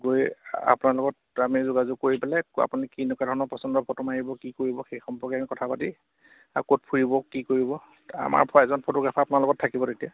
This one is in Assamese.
গৈ আপোনাৰ লগত আমি যোগাযোগ কৰি পেলাই আপুনি কেনেকুৱা ধৰণৰ পচন্দৰ ফটো মাৰিব কি কৰিব সেই সম্পৰ্কে আমি কথা পাতি আৰু ক'ত ফুৰিব কি কৰিব আমাৰ এজন ফটোগ্ৰাফাৰ আপোনাৰ লগত থাকিব তেতিয়া